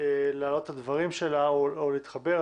להעלות את הדברים שלה או להתחבר,